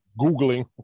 Googling